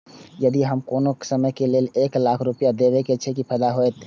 यदि हम कोनो कम समय के लेल एक लाख रुपए देब छै कि फायदा होयत?